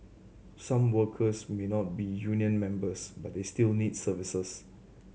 some workers may not be union members but they still need services